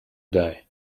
die